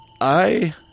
I